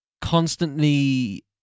constantly